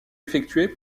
effectués